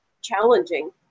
challenging